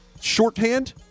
Shorthand